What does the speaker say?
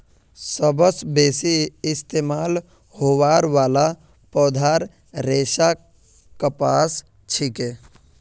सबस बेसी इस्तमाल होबार वाला पौधार रेशा कपास छिके